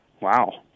Wow